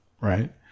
Right